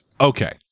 Okay